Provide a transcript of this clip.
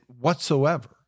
whatsoever